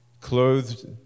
clothed